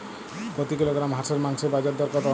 প্রতি কিলোগ্রাম হাঁসের মাংসের বাজার দর কত?